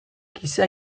giza